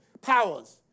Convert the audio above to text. powers